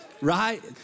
right